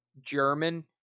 German